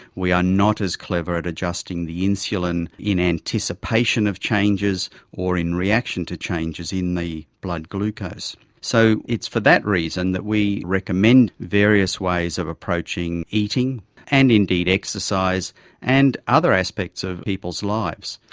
we are not as clever at adjusting the insulin in anticipation of changes or in reaction to changes in the blood glucose. so it's for that reason that we recommend various ways of approaching eating and indeed exercise and other aspects of people's lives.